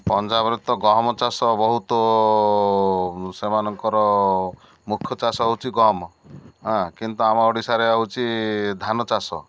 ପଞ୍ଜାବରେ ତ ଗହମ ଚାଷ ବହୁତ ସେମାନଙ୍କର ମୁଖ୍ୟ ଚାଷ ହେଉଛି ଗହମ କିନ୍ତୁ ଆମ ଓଡ଼ିଶାରେ ହେଉଛି ଧାନ ଚାଷ